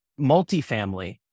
multifamily